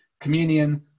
Communion